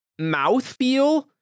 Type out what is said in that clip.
mouthfeel